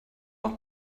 auch